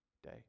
day